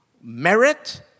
merit